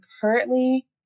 currently